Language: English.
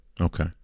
Okay